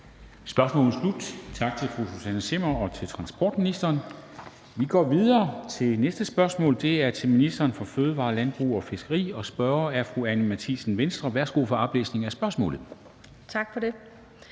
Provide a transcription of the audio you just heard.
Spørgsmålet er slut. Tak til fru Susanne Zimmer og til transportministeren. Vi går videre til næste spørgsmål. Det er til ministeren for fødevarer, landbrug og fiskeri, og spørgeren er fru Anni Matthiesen, Venstre. Kl. 13:38 Spm. nr.